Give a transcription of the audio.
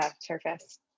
Surface